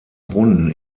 brunnen